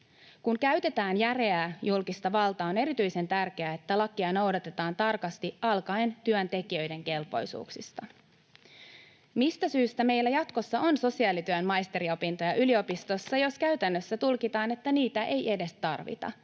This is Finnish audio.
Kun käytetään järeää julkista valtaa, on erityisen tärkeää, että lakia noudatetaan tarkasti alkaen työntekijöiden kelpoisuuksista. Mistä syystä meillä jatkossa on sosiaalityön maisteriopintoja yliopistossa, jos käytännössä tulkitaan, että niitä ei edes tarvita?